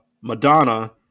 Madonna